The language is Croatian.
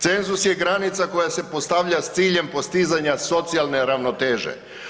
Cenzus je granica koja se postavlja s ciljem postizanja socijalne ravnoteže.